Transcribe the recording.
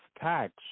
tax